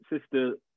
sister